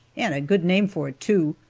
and a good name for it, too,